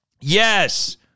Yes